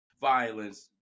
violence